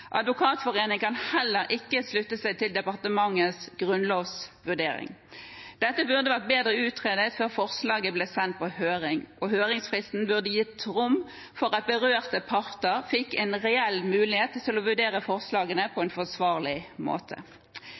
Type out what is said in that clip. Advokatforeningen kan heller ikke slutte seg til departementets grunnlovsvurdering. Dette burde vært bedre utredet før forslaget ble sendt på høring, og høringsfristen burde gitt rom for at berørte parter fikk en reell mulighet til å vurdere forslagene på en forsvarlig måte.